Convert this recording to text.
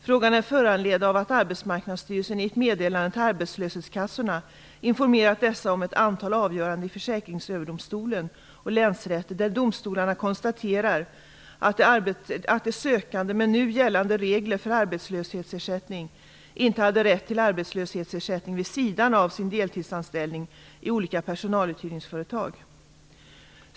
Frågan är föranledd av att Arbetsmarknadsstyrelsen i ett meddelande till arbetslöshetskassorna informerat dessa om ett antal avgöranden i Försäkringsöverdomstolen och länsrätter där domstolarna konstaterat att de sökande, med nu gällande regler för arbetslöshetsersättning, inte hade rätt till arbetslöshetsersättning vid sidan av sin deltidsanställning i olika personaluthyrningsföretag.